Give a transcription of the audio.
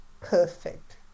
perfect